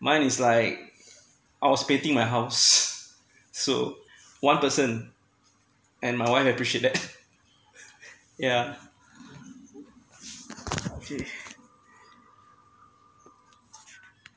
mine is like our painting my house so one person and my wife appreciate that yeah